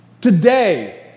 Today